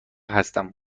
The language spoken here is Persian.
هستم